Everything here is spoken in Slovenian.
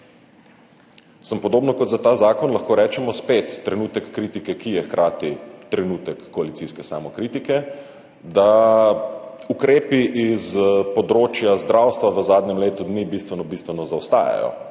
Podobno kot za ta zakon lahko rečemo spet trenutek kritike, ki je hkrati trenutek koalicijske samokritike, da ukrepi s področja zdravstva v zadnjem letu dni bistveno bistveno zaostajajo